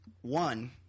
One